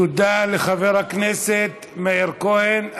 תודה לחבר הכנסת מאיר כהן.